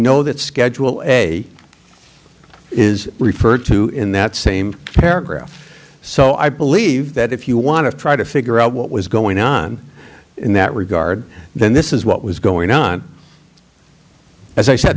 know that schedule a is referred to in that same paragraph so i believe that if you want to try to figure out what was going on in that regard then this is what was going on as i said